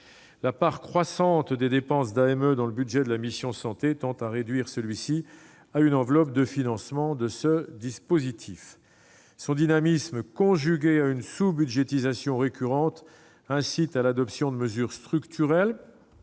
La part croissante des dépenses d'AME dans le budget de la mission « Santé » tend à réduire celui-ci à une enveloppe de financement de ce dispositif. Son dynamisme, conjugué à une sous-budgétisation récurrente, incite à l'adoption de mesures structurelles,